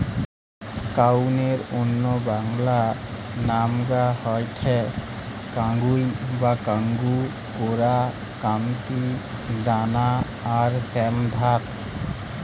কাউনের অন্য বাংলা নামগা হয়ঠে কাঙ্গুই বা কাঙ্গু, কোরা, কান্তি, দানা আর শ্যামধাত